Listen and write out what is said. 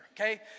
okay